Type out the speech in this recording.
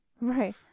Right